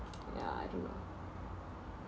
yeah I don't know